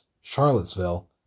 Charlottesville